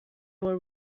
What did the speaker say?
will